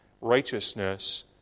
righteousness